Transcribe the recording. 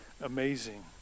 amazing